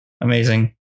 amazing